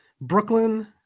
Brooklyn